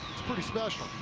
pretty special.